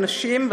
הנשים,